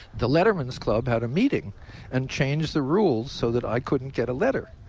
the letterman's club had a meeting and changed the rules so that i couldn't get a letter,